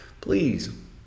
please